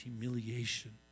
humiliation